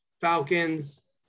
Falcons